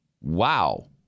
Wow